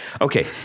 Okay